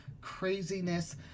craziness